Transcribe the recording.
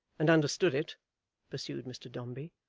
and understood it pursued mr dombey.